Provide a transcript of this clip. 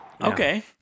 Okay